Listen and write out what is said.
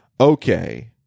Okay